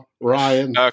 Ryan